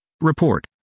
Report